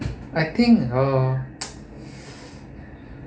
I think uh